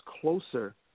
closer